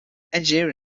engineering